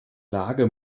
lage